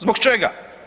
Zbog čega?